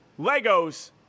legos